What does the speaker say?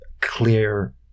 clear